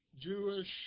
Jewish